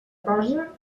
cosa